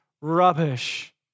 rubbish